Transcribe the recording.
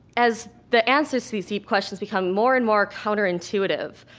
as the answers to these deep questions become more and more counterintuitive,